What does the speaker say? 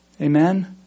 Amen